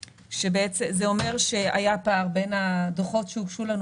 זה אומר שהיה פער בין הדוחות שהוגשו לנו